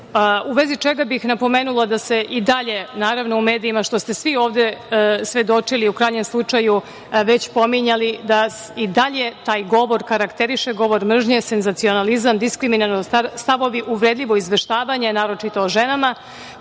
u vezi čega bih napomenula da se i dalje, naravno, u medijima, što ste svi ovde svedočili, u krajnjem slučaju, već pominjali da i dalje taj govor karakteriše, govor mržnje, senzacionalizam, diskriminalni stavovi, uvredljivo izveštavanje, naročito o ženama,